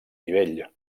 nivell